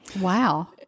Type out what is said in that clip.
Wow